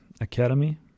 Academy